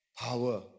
power